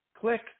click